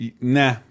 nah